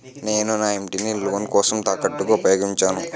నేను నా ఇంటిని లోన్ కోసం తాకట్టుగా ఉపయోగించాను